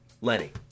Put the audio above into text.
Lenny